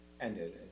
ended